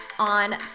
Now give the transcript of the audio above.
on